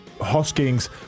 Hoskins